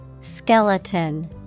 Skeleton